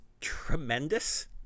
Tremendous